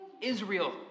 Israel